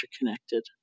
Interconnected